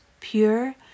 pure